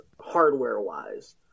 hardware-wise